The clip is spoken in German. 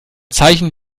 zeichen